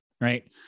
Right